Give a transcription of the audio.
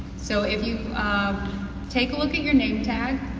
so if you um take a look at your name tag,